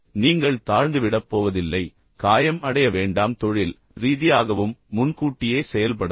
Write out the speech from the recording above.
எனவே நீங்கள் தாழ்ந்துவிடப் போவதில்லை எனவே காயம் அடைய வேண்டாம் தொழில் ரீதியாகவும் முன்கூட்டியே செயல்படவும்